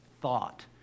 thought